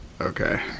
Okay